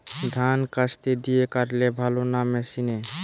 ধান কাস্তে দিয়ে কাটলে ভালো না মেশিনে?